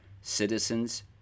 citizens